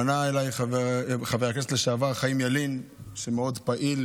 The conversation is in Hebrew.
פנה אליי חבר הכנסת לשעבר חיים ילין, שמאוד פעיל